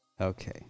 okay